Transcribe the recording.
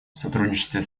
сотрудничестве